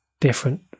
different